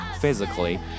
physically